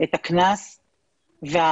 את הקנס וההיטל.